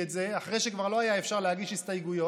אחרי שכבר לא היה אפשר להגיש הסתייגויות,